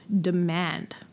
demand